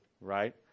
right